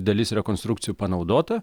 dalis rekonstrukcijų panaudota